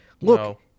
look